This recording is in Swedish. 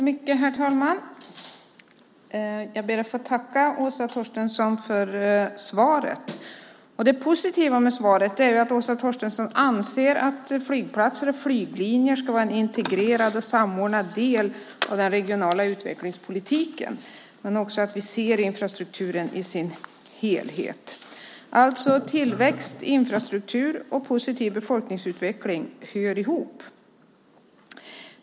Herr talman! Jag ber att få tacka Åsa Torstensson för svaret. Det positiva med svaret är att Åsa Torstensson anser att flygplatser och flyglinjer ska vara en integrerad och samordnad del av den regionala utvecklingspolitiken. Det är viktigt att vi ser infrastrukturen i dess helhet. Tillväxt, infrastruktur och positiv befolkningsutveckling hör ihop.